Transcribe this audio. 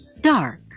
Dark